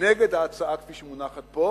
נגד ההצעה כפי שמונחת פה,